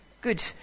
good